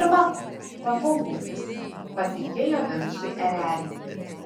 pirmą kartą kolūkis patikėjo vincui erelį